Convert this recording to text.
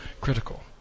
critical